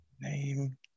name